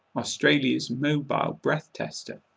australia's mobile breath-tester.